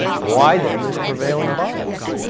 why then this prevailing bias?